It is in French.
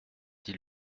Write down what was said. dit